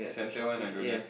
center one I don't have